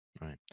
Right